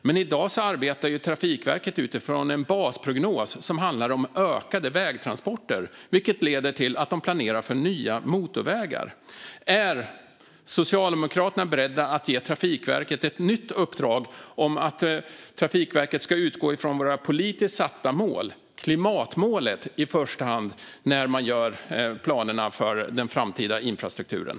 Men i dag arbetar Trafikverket utifrån en basprognos som handlar om ökade vägtransporter, vilket leder till att de planerar för nya motorvägar. Är Socialdemokraterna beredda att ge Trafikverket ett nytt uppdrag om att utgå från våra politiskt satta mål, i första hand klimatmålet, när man gör planerna för den framtida infrastrukturen?